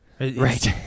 Right